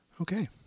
Okay